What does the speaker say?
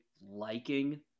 liking